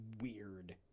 weird